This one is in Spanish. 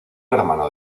hermano